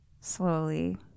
slowly